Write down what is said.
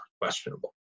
questionable